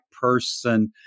Person